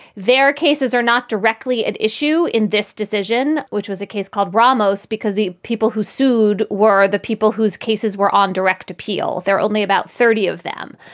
their cases are not directly at issue in this decision, which was a case called ramos, because the people who sued were the people whose cases were on direct appeal. there are only about thirty of them.